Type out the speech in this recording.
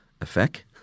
Effect